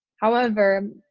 however,